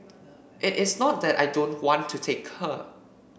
it is not that I don't want to take her